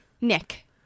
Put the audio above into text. Nick